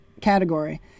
category